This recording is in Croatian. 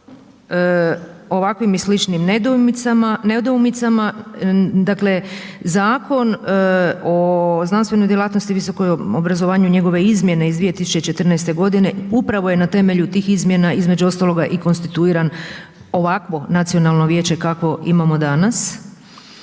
ovakvim i sličnim nedoumicama, dakle Zakon o znanstvenoj djelatnosti i visokom obrazovanju i njegove izmjene iz 2014. g. upravo je na temelju tih izmjena između ostaloga i konstituiran ovakvo nacionalno vijeće kakvo imamo danas.